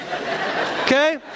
Okay